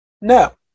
No